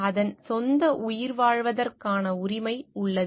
அதன் சொந்த உயிர்வாழ்வதற்கான உரிமை உள்ளது